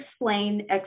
explain